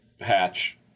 hatch